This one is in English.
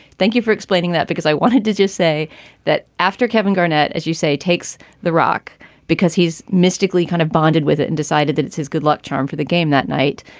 thank you for explaining that, because i wanted to just say that after kevin garnett, as you say, takes the rock because he's mystically kind of bonded with it and decided that it's his good luck charm for the game that night.